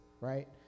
right